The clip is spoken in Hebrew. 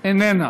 איננה,